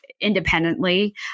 independently